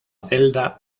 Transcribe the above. celda